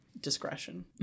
discretion